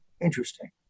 Interesting